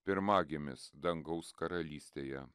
pirmagimis dangaus karalystėje